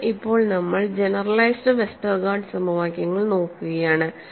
എന്നിട്ട് ഇപ്പോൾ നമ്മൾ ജനറലൈസ്ഡ് വെസ്റ്റർഗാർഡ് സമവാക്യങ്ങൾ നോക്കുകയാണ്